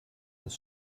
des